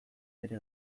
bere